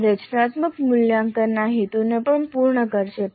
આ રચનાત્મક મૂલ્યાંકનના હેતુને પણ પૂર્ણ કરશે